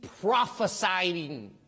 prophesying